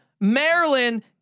Maryland